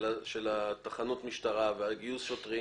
של תחנות המשטרה וגיוס השוטרים,